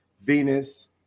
Venus